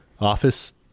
office